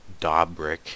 Dobrik